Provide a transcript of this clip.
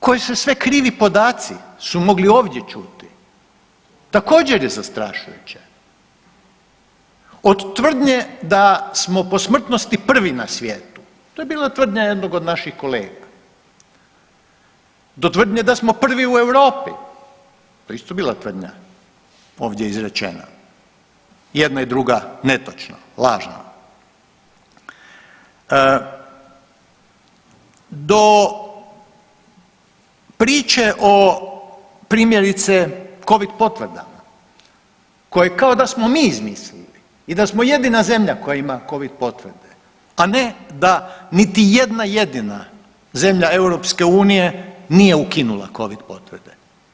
Koji se sve krivi podaci su mogli ovdje čuti također je zastrašujuće, od tvrdnje da smo po smrtnosti prvi na svijetu, to je bila tvrdnja jednog od naših kolega, do tvrdnje da smo prvi u Europi, to je isto bila tvrdnja ovdje izrečena, jedan i druga netočno, lažno, do priče o primjerice covid potvrdama koje kao da smo mi izmislili i da smo jedina zemlja koja ima covid potvrde, a ne da niti jedna jedina zemlja EU nije ukinula covid potvrde.